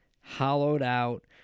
hollowed-out